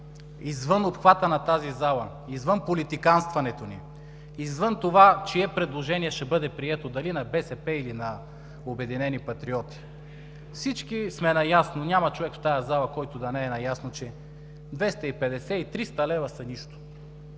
извън обхвата на тази зала, извън политиканстването ни, извън това чие предложение ще бъде прието – дали на БСП, или на „Обединени патриоти“. Всички сме наясно – няма човек в тази зала, който да не е наясно, че 250 и 300 лв. са нищо,